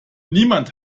niemand